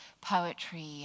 poetry